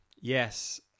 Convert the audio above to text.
Yes